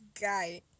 guy